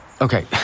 Okay